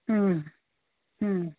ಹ್ಞೂ ಹ್ಞೂ